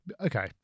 Okay